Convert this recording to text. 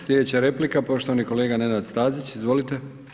Slijedeća replika poštovani kolega Nenad Stazić, izvolite.